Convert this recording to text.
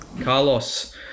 carlos